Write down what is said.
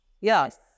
Yes